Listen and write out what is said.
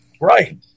Right